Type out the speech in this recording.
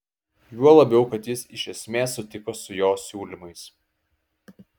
juo labiau kad jis iš esmės sutiko su jo siūlymais